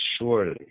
surely